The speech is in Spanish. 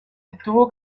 estuvo